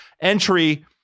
entry